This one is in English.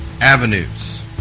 avenues